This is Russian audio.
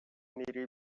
мире